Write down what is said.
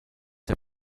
der